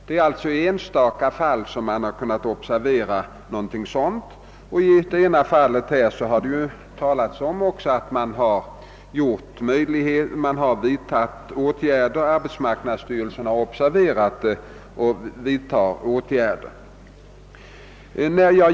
Det är alltså endast i enstaka fall som man kunnat konstatera någon verklig skadegörelse, och i det ena av de här nämnda fallen har arbetsmarknadsstyrelsen observerat förhållandet och vidtagit åtgärder.